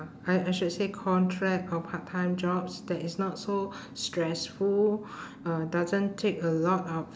I I should say contract or part time jobs that is not so stressful uh doesn't take a lot of